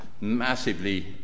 massively